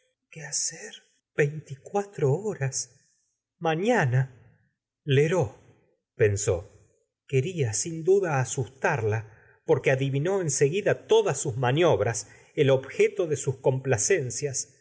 qué hacer veinticuatro horas mañana lheureux pensó queria sin duda asustarla porque adivinó en seguida todas sus maniobras el objeto de sus complacencias